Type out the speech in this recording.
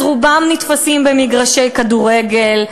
אז רובם נתפסים במגרשי כדורגל,